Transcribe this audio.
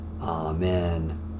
Amen